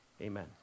Amen